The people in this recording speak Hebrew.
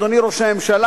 אדוני ראש הממשלה,